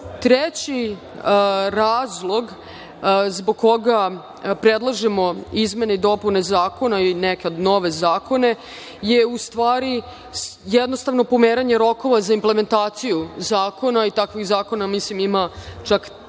njima. Treći razlog zbog koga predlažemo izmene i dopune zakona i nekad nove zakone je u stvari jednostavno pomeranje rokova za implementaciju zakona i takvih zakona ima čak tri.